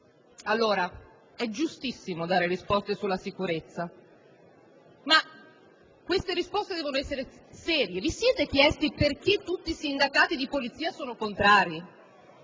Allora, è giustissimo dare risposte sulla sicurezza, ma queste risposte devono essere serie. Vi siete chiesti perché tutti i sindacati di polizia sono contrari?